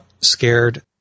scared